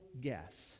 guess